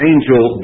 Angel